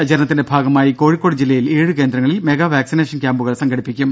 ദേ ലോകദിനാചരണത്തിന്റെ ഭാഗമായി കോഴിക്കോട് ജില്ലയിൽ ഏഴു കേന്ദ്രങ്ങളിൽ മെഗാ വാക്സിനേഷൻ ക്യാമ്പുകൾ നടക്കും